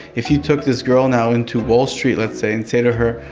if you took this girl now into wall street, let's say, and say to her,